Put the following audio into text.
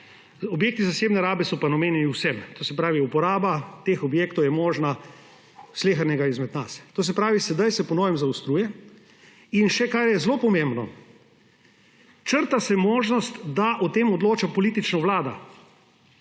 Objekti zasebne rabe so pa namenjeni vsem, se pravi, uporaba teh objektov je možna za slehernega izmed nas. Se pravi, zdaj se po novem zaostruje, in še, kar je zelo pomembno, črta se možnost, da o tem odloča politično Vlada.